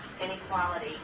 inequality